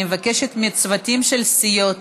אני מבקשת מהצוותים של הסיעות